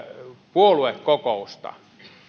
puoluekokousta